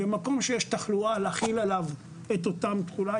במקום שבו יש תחלואה גבוהה להחיל עליו את אותה תכולה.